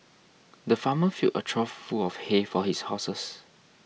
the farmer filled a trough full of hay for his horses